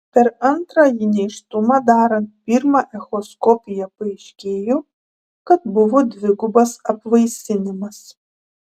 per antrąjį nėštumą darant pirmą echoskopiją paaiškėjo kad buvo dvigubas apvaisinimas